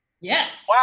Yes